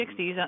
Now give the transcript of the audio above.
60s